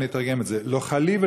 ואני אתרגם את זה: לא חלי,